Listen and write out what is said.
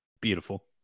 beautiful